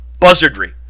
buzzardry